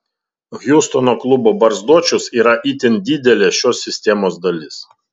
hjustono klubo barzdočius yra itin didelė šios sistemos dalis